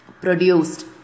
produced